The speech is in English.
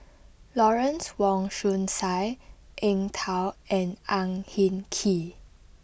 Lawrence Wong Shyun Tsai Eng Tow and Ang Hin Kee